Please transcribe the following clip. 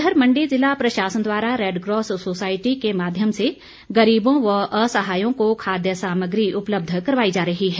उधर मण्डी ज़िला प्रशासन द्वारा रैडक्रॉस सोसायटी के माध्यम से गरीबों व असहायों को खाद्य सामग्री उपलब्ध करवाई जा रही है